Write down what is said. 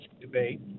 debate